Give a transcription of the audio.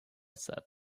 said